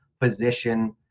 position